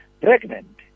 pregnant